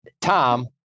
Tom